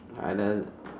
I does~